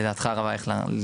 לדעתך הרב אייכלר,